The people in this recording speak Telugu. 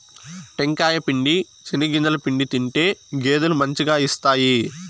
టెంకాయ పిండి, చెనిగింజల పిండి తింటే గేదెలు మంచిగా ఇస్తాయి